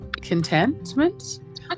contentment